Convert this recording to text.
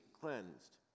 cleansed